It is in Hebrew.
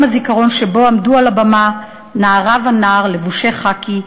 הזיכרון שבהם עמדו על הבמה נערה ונער לבושי חאקי,